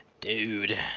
Dude